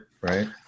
right